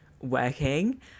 working